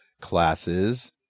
classes